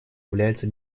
является